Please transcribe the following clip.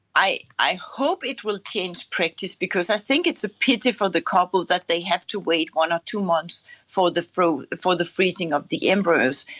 i i hope it will change practice because i think it's a pity for the couple that they have to wait one or two months for the for for the freezing of the embryos.